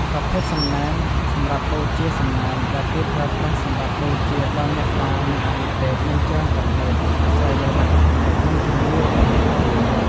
ប្រភេទសំណែនសម្រាប់បូជាសំណែនដែលគេប្រើប្រាស់សម្រាប់បូជាដល់អ្នកតា និងអាទិទេពមានច្រើនប្រភេទ អាស្រ័យលើលទ្ធភាព និងជំនឿរបស់អ្នកភូមិ។